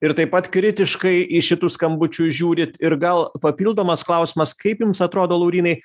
ir taip pat kritiškai į šitus skambučius žiūrit ir gal papildomas klausimas kaip jums atrodo laurynai